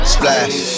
Splash